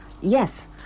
Yes